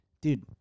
dude